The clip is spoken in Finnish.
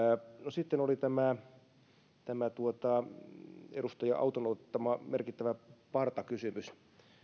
sitten oli tämä tämä edustaja auton ottama merkittävä partakysymys